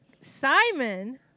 Simon